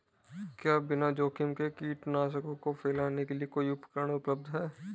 क्या बिना जोखिम के कीटनाशकों को फैलाने के लिए कोई उपकरण उपलब्ध है?